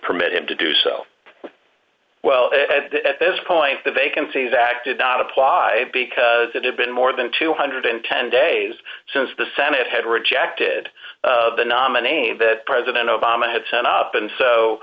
permit him to do so well at this point the vacancies acted on apply because it had been more than two hundred and ten days since the senate had rejected the nominee that president obama had sent up and so